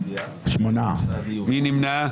מי נמנע?